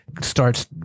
starts